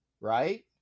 right